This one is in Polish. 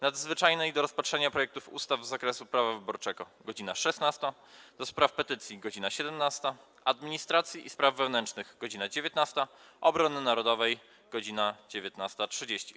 Nadzwyczajnej do rozpatrzenia projektów ustaw z zakresu prawa wyborczego - godz. 16, - do Spraw Petycji - godz. 17, - Administracji i Spraw Wewnętrznych - godz. 19, - Obrony Narodowej - godz. 19.30.